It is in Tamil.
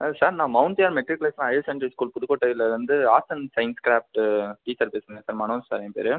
சார் நான் மவுண்ட்ரியா மெட்ரிகுலேஷன் ஹயர்சகேன்றி ஸ்கூல் புதுக்கோட்டைலர்ந்து arts and science craft teacher பேசுகிறேன் சார் மனோ சார் என் பேர்